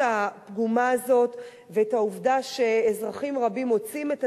הפגומה הזאת ואת העובדה שאזרחים רבים מוצאים את